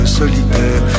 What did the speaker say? solitaire